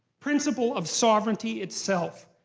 principle of sovereignty itself.